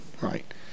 right